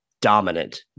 dominant